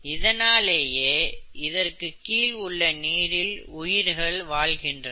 இதனாலேயே இதற்கு கீழ் உள்ள நீரில் உயிர்கள் வாழ்கின்றன